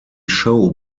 show